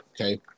okay